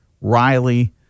Riley